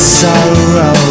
sorrow